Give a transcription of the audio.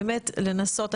באמת לנסות.